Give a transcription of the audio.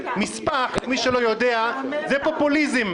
משפח, למי שלא יודע, זה פופוליזם.